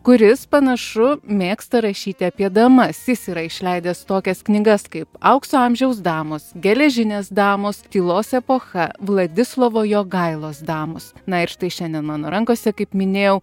kuris panašu mėgsta rašyti apie damas jis yra išleidęs tokias knygas kaip aukso amžiaus damos geležinės damos tylos epocha vladislovo jogailos damos na ir štai šiandien mano rankose kaip minėjau